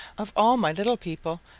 of all my little people,